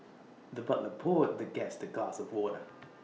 the butler poured the guest A glass of water